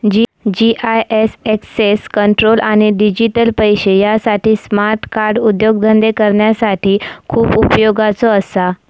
GIS access control आणि digital पैशे यासाठी स्मार्ट कार्ड उद्योगधंदे करणाऱ्यांसाठी खूप उपयोगाचा असा